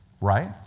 Right